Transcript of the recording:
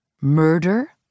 Murder